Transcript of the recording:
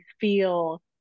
feel